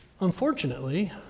unfortunately